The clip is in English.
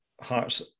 Hearts